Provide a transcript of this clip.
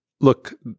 Look